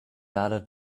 other